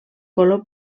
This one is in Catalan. color